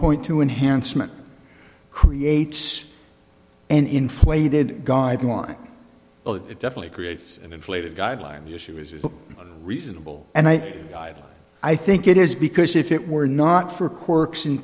point two enhanced meant creates an inflated guideline it definitely creates an inflated guideline the issue is a reasonable and i lied i think it is because if it were not for quirks in